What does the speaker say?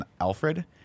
Alfred